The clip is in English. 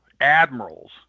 admirals